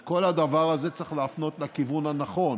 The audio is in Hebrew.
את כל הדבר הזה צריך להפנות לכיוון הנכון,